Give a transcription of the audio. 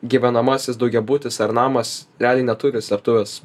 gyvenamasis daugiabutis ar namas realiai neturi slėptuvės